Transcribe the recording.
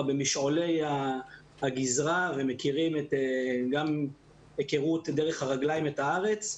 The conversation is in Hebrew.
במשעולי הגזרה ומכירים גם היכרות דרך הרגליים את הארץ,